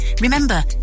Remember